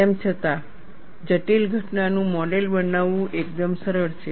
તેમ છતાં જટિલ ઘટનાનું મોડેલ બનાવવું એકદમ સરળ છે